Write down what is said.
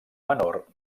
menor